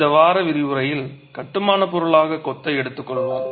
இந்த வார விரிவுரையில் கட்டுமானப் பொருளாக கொத்தை எடுத்துக்கொள்வோம்